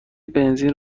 بنزین